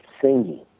singing